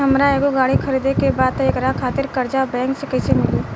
हमरा एगो गाड़ी खरीदे के बा त एकरा खातिर कर्जा बैंक से कईसे मिली?